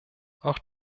auch